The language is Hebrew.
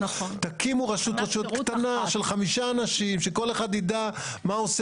תקימו רשות רשויות קטנה של חמישה אנשים שכל אחד ידע מה עושה